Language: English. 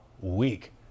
week